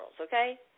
okay